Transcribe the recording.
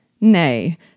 nay